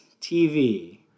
TV